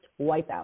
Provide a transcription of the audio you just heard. wipeout